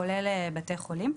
כולל בתי חולים.